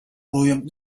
poem